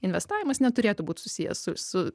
investavimas neturėtų būt susijęs su su